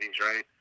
right